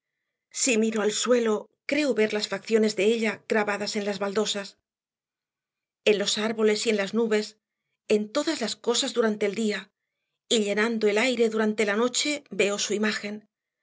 si miro al suelo creo ver las facciones de ella grabadas en las baldosas en los árboles y en las nubes en todas las cosas durante el día y llenando el aire durante la noche veo su imagen